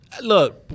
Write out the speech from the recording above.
Look